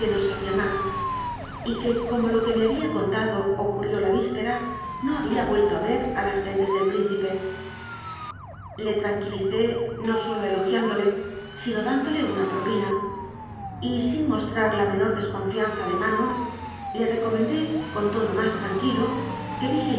no sabía más y que como lo que me había contado ocurrió la víspera no había vuelto a ver a las gentes del príncipe le tranquilicé no sólo elogiándole sino dándole una propina y sin mos trar la menor desconfianza de manon le recomen dé con tono más tranquilo que